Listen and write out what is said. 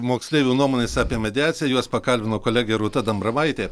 moksleivių nuomonės apie mediaciją juos pakalbino kolegė rūta dambravaitė